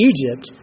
Egypt